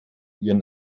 ihrem